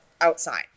outside